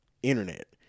internet